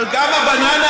אבל גם הבננה,